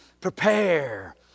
prepare